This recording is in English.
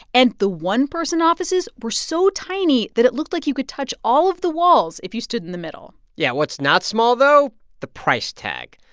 and the one-person offices were so tiny that it looked like you could touch all of the walls if you stood in the middle yeah. what's not small, though the price tag.